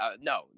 no